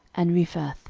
and riphath,